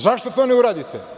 Zašto to ne uradite?